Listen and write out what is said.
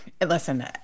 listen